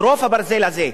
אגרוף הברזל הזה,